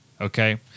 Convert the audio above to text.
Okay